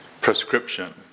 prescription